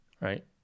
Right